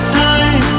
time